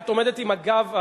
את עומדת עם הגב,